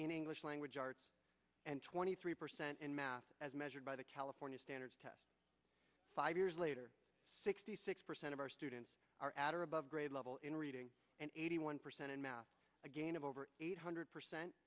in english language arts and twenty three percent in math as measured by the california standards test five years later sixty six percent of our students are at or above grade level in reading and eighty one percent in math again of over eight hundred percent